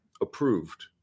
approved